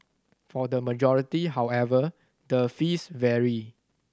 for the majority however the fees vary